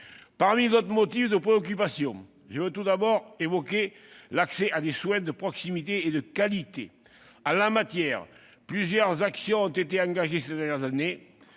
Parmi les autres motifs de préoccupation, j'évoquerai tout d'abord l'accès à des soins de proximité et de qualité. En la matière, plusieurs actions ont été engagées ces dernières années,